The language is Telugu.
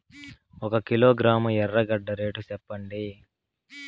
ఒక కిలోగ్రాము ఎర్రగడ్డ రేటు సెప్పండి?